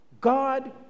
God